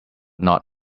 not